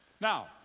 Now